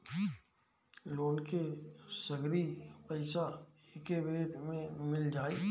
Loan के सगरी पइसा एके बेर में मिल जाई?